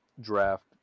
draft